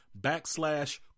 backslash